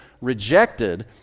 rejected